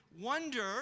wonder